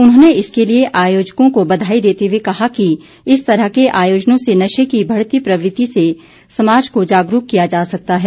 उन्होंने इसके लिए आयोजकों को बधाई देते हुए कहा कि इस तरह के आयोजनों से नशे की बढ़ती प्रवृत्ति से समाज को जागरूक किया जा सकता है